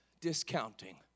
discounting